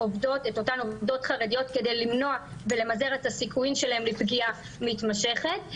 עובדות חרדיות כדי למנוע ולמזער את הסיכויים שלהן לפגיעה מתמשכת.